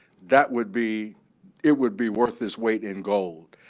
that would be it would be worth its weight in gold.